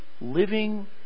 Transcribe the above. living